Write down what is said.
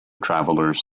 travelers